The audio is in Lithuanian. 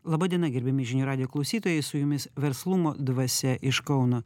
laba diena gerbiami žinių radijo klausytojai su jumis verslumo dvasia iš kauno